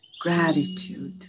gratitude